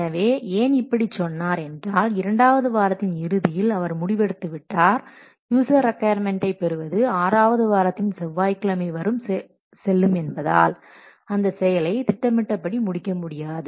எனவே ஏன் இப்படி சொன்னார் என்றால் இரண்டாவது வாரத்தின் இறுதியில் அவர் முடிவெடுத்துவிட்டார் யூசர் ரிக்கொயர்மென்ட்டை பெறுவது ஆறாவது வாரத்தின் செவ்வாய்க்கிழமை வரும் செல்லும் என்பதால் அந்த செயலை திட்டமிட்டபடி முடிக்க முடியாது